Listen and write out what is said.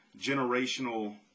generational